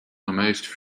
amazed